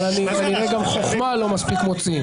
אבל כנראה גם חכמה לא מספיק מוצאים.